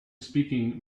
speaking